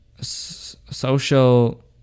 social